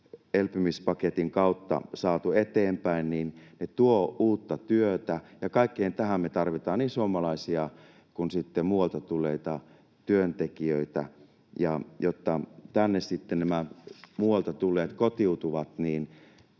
elpymispaketin kautta saatu eteenpäin, tuovat uutta työtä, ja kaikkeen tähän me tarvitaan niin suomalaisia kuin sitten muualta tulleita työntekijöitä. Ja jotta tänne sitten nämä muualta tulleet kotiutuvat, on